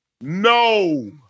No